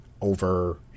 over